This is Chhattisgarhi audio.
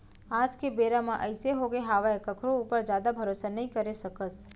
आज के बेरा म अइसे होगे हावय कखरो ऊपर जादा भरोसा नइ करे सकस